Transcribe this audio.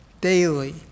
daily